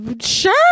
sure